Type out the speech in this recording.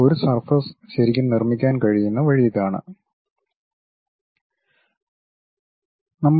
ഒരു സർഫസ് ശരിക്കും നിർമ്മിക്കാൻ കഴിയുന്ന വഴിയാണിത്